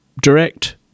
direct